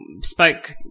spoke